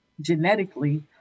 genetically